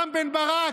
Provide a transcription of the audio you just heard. רם בן ברק,